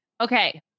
Okay